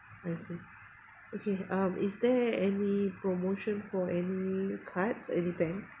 I see okay um is there any promotion for any cards any bank